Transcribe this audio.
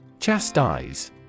Chastise